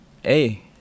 hey